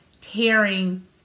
tearing